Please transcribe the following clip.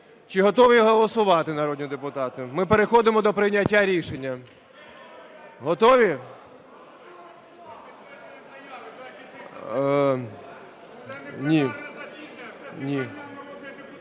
чи готові голосувати народні депутати? Ми переходимо до прийняття рішення. Готові?